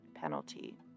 penalty